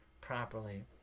properly